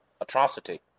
atrocity